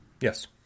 Yes